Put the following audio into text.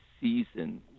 season